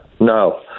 No